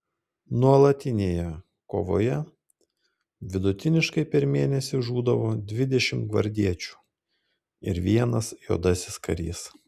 nuolatinėje kovoje vidutiniškai per mėnesį žūdavo dvidešimt gvardiečių ir vienas juodasis karys